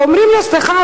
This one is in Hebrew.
אומרים לו: סליחה,